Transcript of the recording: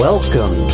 Welcome